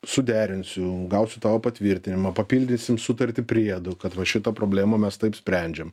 suderinsiu gausiu tavo patvirtinimą papildysim sutartį priedu kad va šitą problemą mes taip sprendžiam